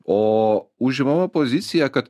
o užimama pozicija kad